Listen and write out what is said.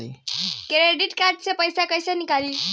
Credit card से पईसा केइसे निकली?